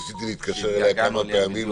ניסיתי להתקשר אליה כמה פעמים,